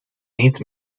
niet